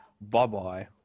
Bye-bye